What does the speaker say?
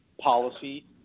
policy